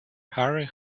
harry